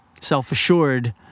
self-assured